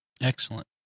Excellent